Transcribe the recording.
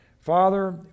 Father